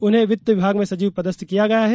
उन्हें वित्त विभाग में सचिव पदस्थ किया गया है